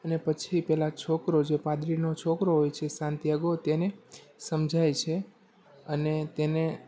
અને પછી પેલા છોકરો જે પાદરીનો છોકરો હોય છે સાનતિયાગો તેને સમજાય છે અને તેને